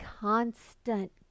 constant